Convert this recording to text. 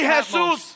Jesus